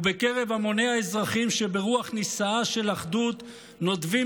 ובקרב המוני האזרחים שברוח נישאה של אחדות נודבים